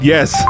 Yes